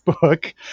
book